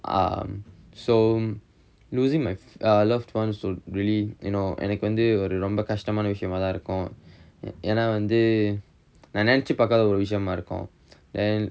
um so losing my loved ones would really you know எனக்கு வந்து ஒரு ரொம்ப கஷ்டமான விஷயமாதா இருக்கும் ஏன்னா வந்து நா நினைச்சு பாக்காத ஒரு விஷயமா இருக்கும்:enakku vanthu oru romba kashtamaana vishayamathaa irukkum yaenna vanthu naa ninaichu paakkaatha oru vishayamaa irukkum